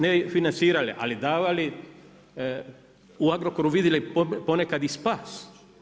Ne financirali ali davali u Agrokoru vidjeli po nekad i spas.